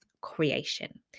creation